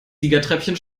siegertreppchen